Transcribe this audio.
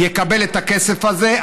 יקבל את הכסף הזה.